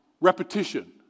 repetition